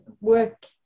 work